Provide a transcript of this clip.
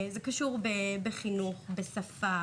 זה קשור בחינוך, בשפה